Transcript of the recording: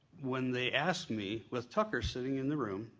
when they asked me, with tucker sitting in the room,